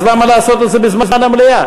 אז למה לעשות את זה בזמן המליאה?